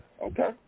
Okay